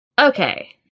Okay